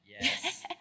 Yes